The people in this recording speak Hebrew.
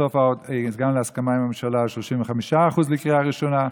ובסוף הגענו להסכמה עם הממשלה על 35% בקריאה ראשונה.